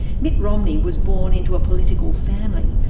mitt romney was born into a political family.